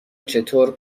چطور